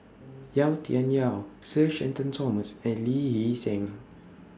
Yau Tian Yau Sir Shenton Thomas and Lee Hee Seng